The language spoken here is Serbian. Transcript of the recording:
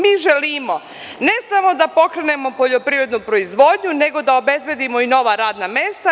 Mi želimo ne samo da pokrenemo poljoprivrednu proizvodnju, nego da obezbedimo i nova radna mesta.